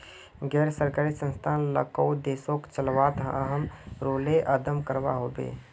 गैर सरकारी संस्थान लाओक देशोक चलवात अहम् रोले अदा करवा होबे